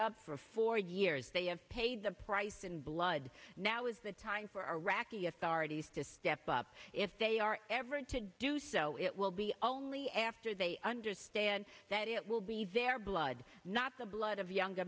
and for four years they have paid the price in blood now is the time for iraqi authorities to step up if they are ever to do so it will be only after they understand that it will be their blood not the blood of young